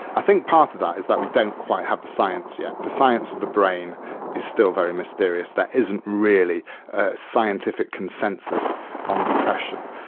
i think part of that is that we don't quite have the science yet. the science of the brain is still very mysterious. there isn't really scientific consensus on depression.